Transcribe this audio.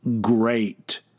great